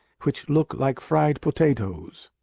which look like fried potatoes.